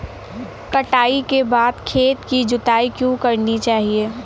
कटाई के बाद खेत की जुताई क्यो करनी चाहिए?